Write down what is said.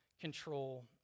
control